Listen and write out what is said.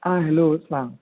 आं हॅलो सांग